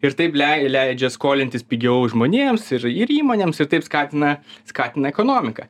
ir taip lei leidžia skolintis pigiau žmonėms ir ir įmonėms ir taip skatina skatina ekonomiką